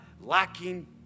lacking